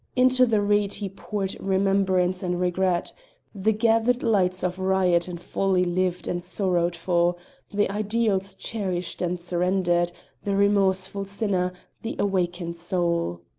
into the reed he poured remembrance and regret the gathered nights of riot and folly lived and sorrowed for the ideals cherished and surrendered the remorseful sinner, the awakened soul.